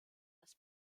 als